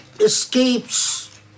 Escapes